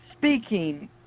speaking